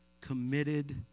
committed